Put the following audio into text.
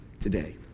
today